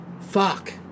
fuck